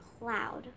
cloud